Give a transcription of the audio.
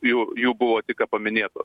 jų jų buvo tik ką paminėtos